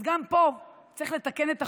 אז גם פה צריך לתקן את החוק,